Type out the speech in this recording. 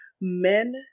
Men